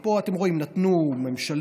פה אתם רואים שנתנו ממשלתי,